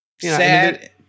sad